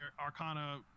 arcana